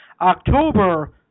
October